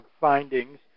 findings